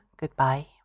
Goodbye